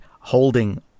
holding